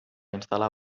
instal·lar